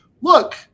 look